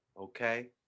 Okay